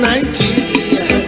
Nigeria